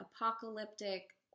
apocalyptic